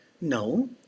No